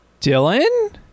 Dylan